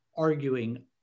arguing